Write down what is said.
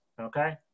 okay